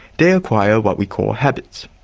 they acquire what we call habits.